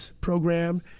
program